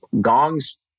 Gong's